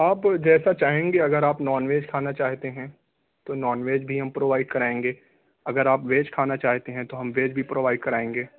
آپ جیسا چاہیں گے اگر آپ نان ویج کھانا چاہتے ہیں تو نان ویج بھی ہم پرووائیڈ کرائیں گے اگر آپ ویج کھانا چاہتے ہیں تو ہم ویج بھی پرووائیڈ کرائیں گے